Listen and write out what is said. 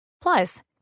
Plus